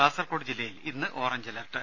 കാസർകോട് ജില്ലയിൽ ഇന്ന് orange alert